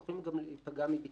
הם יכולים גם להיפגע מביקורים.